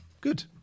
good